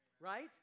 Right